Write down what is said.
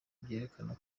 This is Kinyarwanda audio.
byerekana